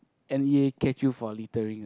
N_E_A catch you for littering ah